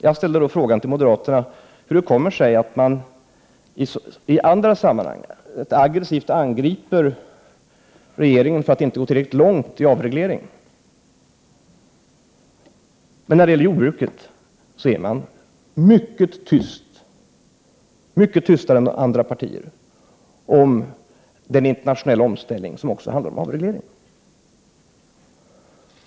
Jag ställde då frågan till moderaterna om hur det kommer sig att man i andra sammanhang aggressivt angriper regeringen för att inte gå tillräckligt långt — Prot. 1988/89:127 när det gäller avreglering, medan man i fråga om jordbruket är mycket 2 juni 1989 tystlåtnare än andra partier beträffande den internationella omställningen som också handlar om avreglering.